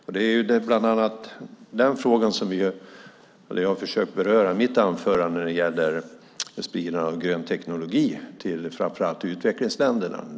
Det är bland annat den frågan som jag har försökt beröra i mitt anförande när det gäller spridningen av grön teknologi till framför allt utvecklingsländerna.